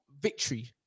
victory